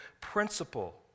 principle